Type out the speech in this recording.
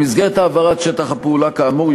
במסגרת העברת שטח הפעולה כאמור,